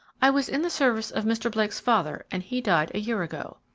i was in the service of mr. blake's father and he died a year ago.